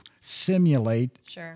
simulate